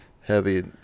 Heavy